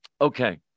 Okay